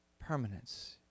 permanence